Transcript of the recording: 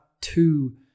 two